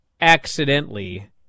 accidentally